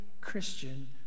Christian